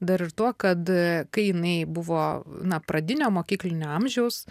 dar ir tuo kad kai jinai buvo na pradinio mokyklinio amžiaus